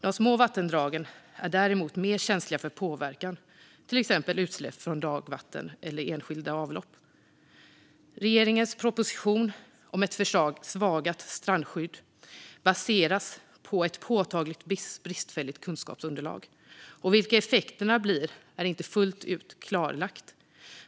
De små vattendragen är däremot mer känsliga för påverkan, till exempel utsläpp från dagvatten eller enskilda avlopp. Regeringens proposition om ett försvagat strandskydd baseras på ett påtagligt bristfälligt kunskapsunderlag, och vilka effekterna blir är inte fullt ut klarlagt.